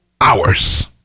hours